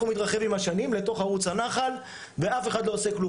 ומתרחב עם השנים לתוך ערוץ הנחל ואף אחד לא עושה כלום.